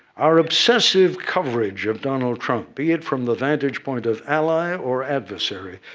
our obsessive coverage of donald trump, be it from the vantage point of ally or adversary,